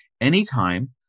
anytime